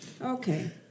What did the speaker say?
Okay